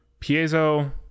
piezo